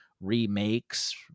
Remakes